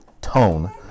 tone